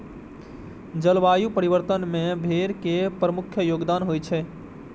जलवायु परिवर्तन मे भेड़ के प्रमुख योगदान होइ छै